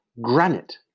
granite